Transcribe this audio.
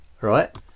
right